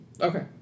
Okay